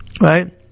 Right